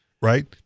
Right